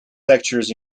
lectures